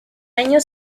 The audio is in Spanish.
año